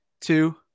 two